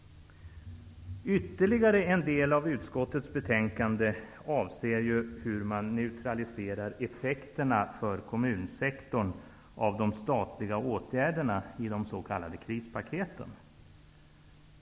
En annan del av utskottets betänkande behandlar hur man neutraliserar effekterna för kommunsektorn av de statliga åtgärderna i de s.k. krispaketen.